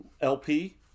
LP